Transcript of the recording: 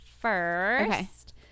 first